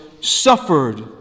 suffered